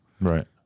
Right